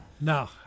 No